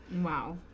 Wow